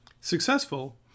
Successful